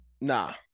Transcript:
nah